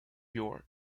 york